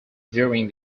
during